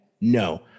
no